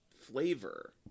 flavor